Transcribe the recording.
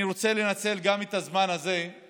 אני רוצה לנצל את הזמן הזה גם